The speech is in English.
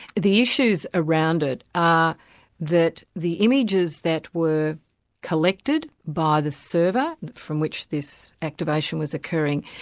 the issues around it are that the images that were collected by the server from which this activation was occurring,